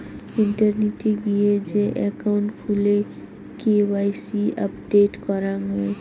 ইন্টারনেটে গিয়ে যে একাউন্ট খুলে কে.ওয়াই.সি আপডেট করাং হই